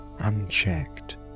unchecked